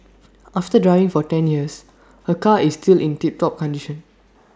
after driving for ten years her car is still in tip top condition